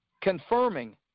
confirming